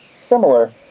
similar